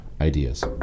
ideas